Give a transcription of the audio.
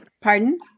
Pardon